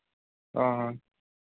हाँ हाँ